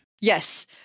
Yes